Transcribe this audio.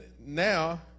now